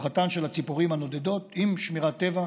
זהו מהלך שמשלב את רווחתן של הציפורים הנודדות עם שמירת טבע,